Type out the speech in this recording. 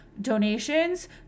donations